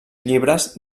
llibres